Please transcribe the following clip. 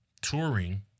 touring